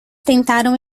tentaram